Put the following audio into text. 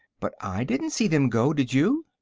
but i didn't see them go did you?